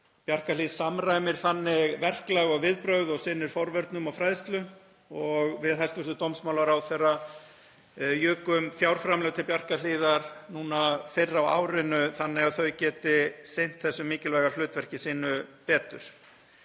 Bjarkarhlíð samræmir þannig verklag og viðbrögð og sinnir forvörnum og fræðslu. Við hæstv. dómsmálaráðherra jukum fjárframlög til Bjarkarhlíðar núna fyrr á árinu þannig að þau geti sinnt þessu mikilvæga hlutverki sínu betur.